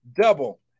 Double